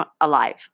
alive